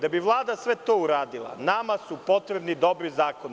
Da bi Vlada sve to uradila, nama su potrebni dobri zakoni.